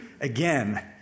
again